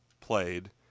played